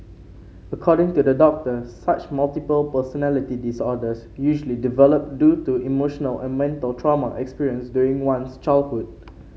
according to the doctor such multiple personality disorders usually develop due to emotional or mental trauma experienced during one's childhood